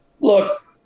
Look